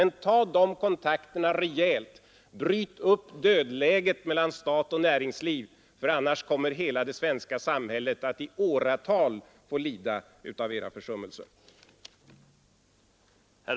Men ta de kontakterna rejält; bryt upp dödläget mellan stat och näringsliv — annars kommer det svenska samhället att i åratal få lida av edra försummelser.